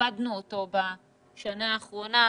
שאיבדנו אותו בשנה האחרונה,